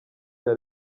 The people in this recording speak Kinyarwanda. cya